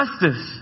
justice